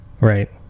right